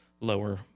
lower